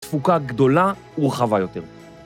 תפוקה גדולה ורחבה יותר.